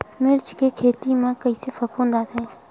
मिर्च के खेती म कइसे फफूंद आथे?